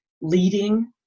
leading